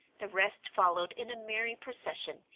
the rest followed in a merry procession,